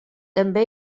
també